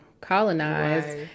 colonized